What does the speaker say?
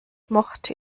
mochte